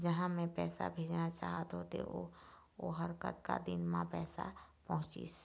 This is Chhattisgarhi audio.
जहां मैं पैसा भेजना चाहत होथे ओहर कतका दिन मा पैसा पहुंचिस?